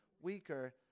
weaker